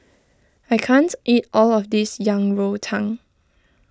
I can't eat all of this Yang Rou Tang